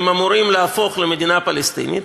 הן אמורות להפוך למדינה פלסטינית,